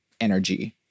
energy